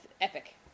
epic